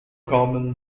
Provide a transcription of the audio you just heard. common